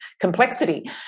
complexity